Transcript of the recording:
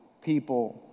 people